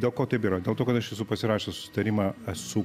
dėl ko taip yra dėl to kad aš esu pasirašęs susitarimą esu